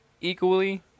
equally